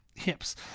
hips